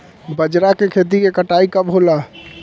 बजरा के खेती के कटाई कब होला?